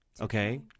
okay